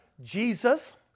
Jesus